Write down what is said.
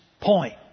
point